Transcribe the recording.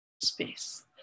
space